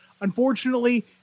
Unfortunately